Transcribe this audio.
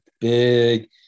big